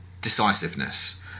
decisiveness